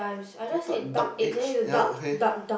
salted duck eggs ya okay